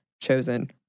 chosen